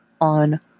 on